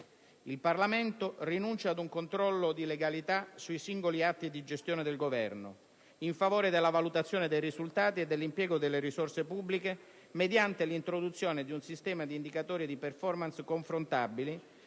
Il Parlamento rinuncia ad un controllo di legalità sui singoli atti di gestione del Governo a favore della valutazione dei risultati e dell'impiego delle risorse pubbliche mediante l'introduzione di un sistema di indicatori di *performance* confrontabili,